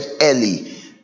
early